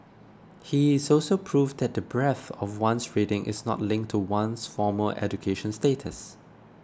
he is also proof that the breadth of one's reading is not linked to one's formal education status